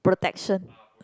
protection